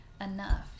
enough